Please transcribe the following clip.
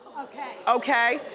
okay. okay.